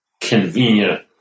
convenient